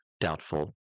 doubtful